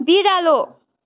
बिरालो